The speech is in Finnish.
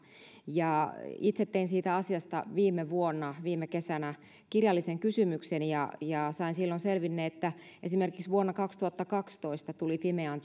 itse tein siitä asiasta viime vuonna viime kesänä kirjallisen kysymyksen ja sain silloin selville että esimerkiksi vuonna kaksituhattakaksitoista tuli fimean